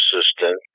assistant